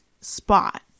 spot